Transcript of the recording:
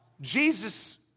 Jesus